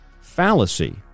fallacy